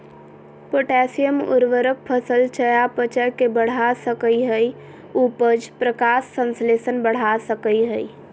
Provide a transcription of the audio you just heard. potassium उर्वरक फसल चयापचय के बढ़ा सकई हई, उपज, प्रकाश संश्लेषण बढ़ा सकई हई